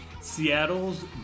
Seattle's